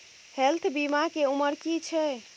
Health बीमा के उमर की छै?